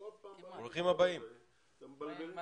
המאוד מיוחד של חיילים שאין מאחוריהם גב,